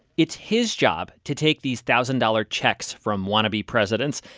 it's his job to take these thousand-dollar checks from wannabe presidents,